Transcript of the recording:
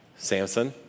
Samson